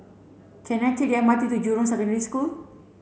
can I take the M R T to Jurong Secondary School